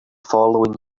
following